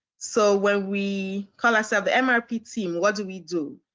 so when we call ourselves mrp team, what do we do?